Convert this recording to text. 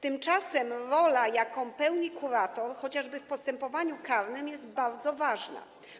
Tymczasem rola, jaką pełni kurator, chociażby w postępowaniu karnym, jest bardzo ważna.